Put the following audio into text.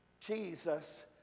Jesus